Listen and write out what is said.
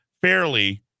fairly